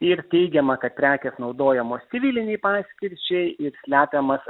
ir teigiama kad prekės naudojamos civilinei paskirčiai ir slepiamas